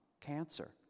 cancer